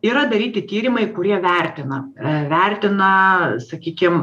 yra daryti tyrimai kurie vertina vertina sakykim